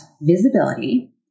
visibility